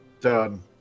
Done